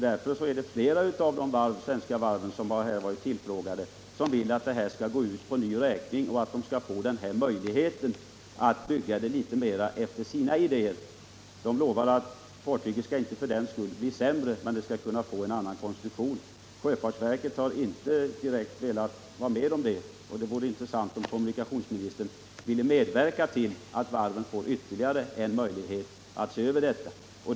Flera av de svenska varv som varit tillfrågade vill därför att beställningen skall gå ut på ny räkning, varvid det kan ges möjlighet för dem att påverka byggandet efter egna idéer. De lovar att fartyget för den skull inte skall bli sämre, även om det får en annan detaljkonstruktion. Sjöfartsverket har, enligt uppgifter jag fått, inte velat gå med på ett sådant förfarande, och det vore intressant att veta om kommunikationsministern vill medverka till att varven får ytterligare en möjlighet att ta ställning till denna order.